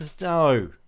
No